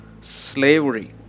slavery